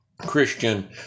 Christian